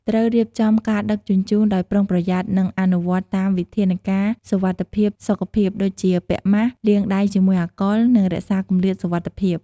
ត្រូវរៀបចំការដឹកជញ្ជូនដោយប្រុងប្រយ័ត្ន និងអនុវត្តតាម វិធានការសុវត្ថិភាពសុខភាព ដូចជា ពាក់ម៉ាស់ លាងដៃជាមួយអាល់កុល និងរក្សាគម្លាតសុវត្ថិភាព។